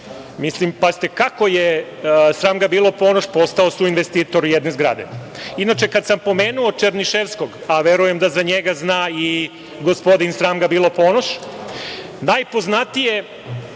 Mislim, pazite, kako je, sram ga bilo, Ponoš postao suinvestitor jedne zgrade? Inače, kad sam pomenuo Černiševskog, a verujem da za njega zna i gospodin, sram ga bilo, Ponoš, najpoznatije